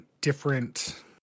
different